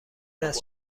است